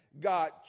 God